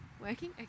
working